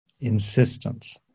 insistence